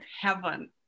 heaven